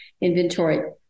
inventory